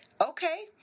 okay